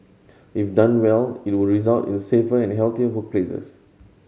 if done well it would result in safer and healthier workplaces